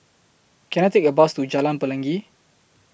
Can I Take A Bus to Jalan Pelangi